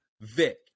Vic